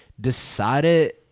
decided